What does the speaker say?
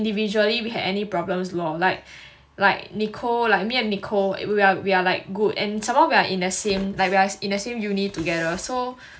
individually we had any problems lor like like nicole like me and nicole like we are we are like good and some more we are in the same like we are in the same uni together so